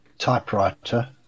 typewriter